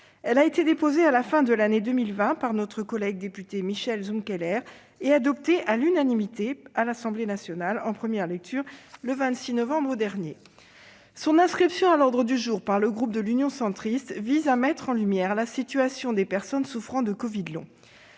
Elle a été déposée à la fin de l'année 2020 par notre collègue député Michel Zumkeller et adoptée à l'unanimité par l'Assemblée nationale en première lecture, le 26 novembre dernier. Son inscription à l'ordre du jour par le groupe Union Centriste vise à mettre en lumière la situation des personnes souffrant de « covid long